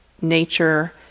nature